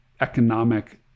economic